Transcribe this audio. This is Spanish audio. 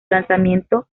lanzamiento